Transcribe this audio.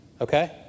okay